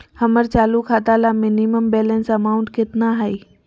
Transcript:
हमर चालू खाता ला मिनिमम बैलेंस अमाउंट केतना हइ?